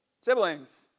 Siblings